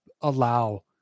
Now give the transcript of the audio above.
allow